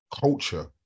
culture